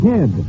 Kid